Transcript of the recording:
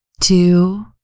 two